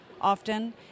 often